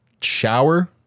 Shower